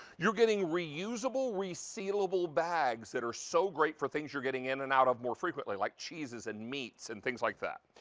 you're getting reusable, resealable bags that are so great for things you're getting in and out of more frequently like cheeses and meats and things like that.